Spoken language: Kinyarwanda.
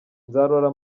nzarora